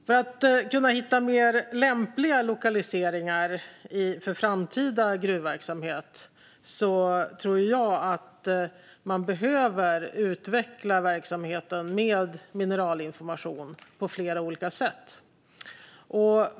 För att man ska kunna hitta mer lämpliga lokaliseringar för framtida gruvverksamhet tror jag att man behöver utveckla verksamheten med mineralinformation på flera olika sätt.